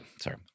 sorry